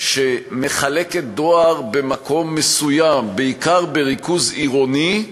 שמחלקת דואר במקום מסוים, בעיקר בריכוז עירוני,